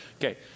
Okay